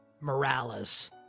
Morales